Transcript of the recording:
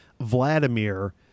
Vladimir